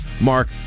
Mark